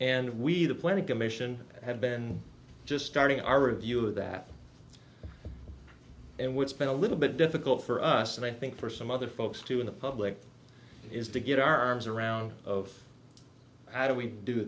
and we the planning commission have been just starting our review of that and would spend a little bit difficult for us and i think for some other folks too in the public is to get our arms around of how do we do